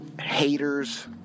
haters